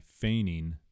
feigning